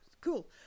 cool